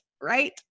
right